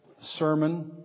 sermon